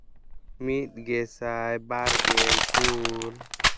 ᱢᱤᱫ ᱜᱮᱥᱟᱭ ᱵᱟᱨ ᱜᱮᱞ ᱯᱩᱱ